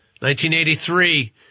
1983 –